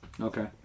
Okay